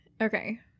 Okay